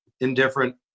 indifferent